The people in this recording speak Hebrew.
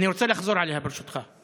אני רוצה לחזור עליה, ברשותך.